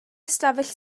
ystafell